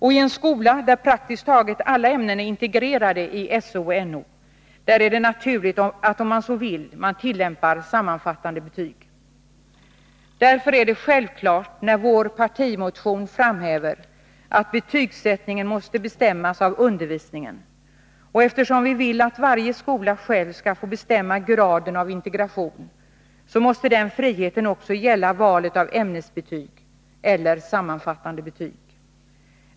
I en skola där praktiskt taget alla ämnen är integrerade i SO och NO är det naturligt att man, om man så vill, tillämpar sammanfattande betyg. Därför är det självklart att vi i vår partimotion framhäver vikten av att betygsättningen måste bestämmas av undervisningen. Eftersom vi vill att varje skola själv skall få bestämma graden av integration, måste den friheten också gälla valet mellan ämnesbetyg och sammanfattande betyg.